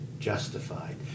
Justified